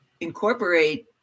incorporate